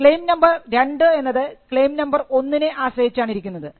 claim number 2 എന്നത് claim number ഒന്നിനെ ആശ്രയിച്ചാണിരിക്കുന്നത്